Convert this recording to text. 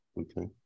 okay